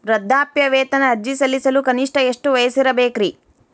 ವೃದ್ಧಾಪ್ಯವೇತನ ಅರ್ಜಿ ಸಲ್ಲಿಸಲು ಕನಿಷ್ಟ ಎಷ್ಟು ವಯಸ್ಸಿರಬೇಕ್ರಿ?